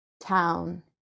town